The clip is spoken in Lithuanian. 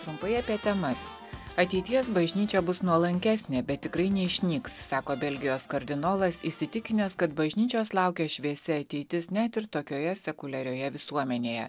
trumpai apie temas ateities bažnyčia bus nuolankesnė bet tikrai neišnyks sako belgijos kardinolas įsitikinęs kad bažnyčios laukia šviesi ateitis net ir tokioje sekuliarioje visuomenėje